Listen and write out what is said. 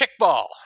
Kickball